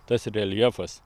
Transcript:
tas reljefas